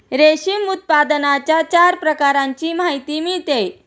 रेशीम उत्पादनाच्या चार प्रकारांची माहिती मिळते